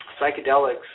psychedelics